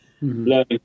learning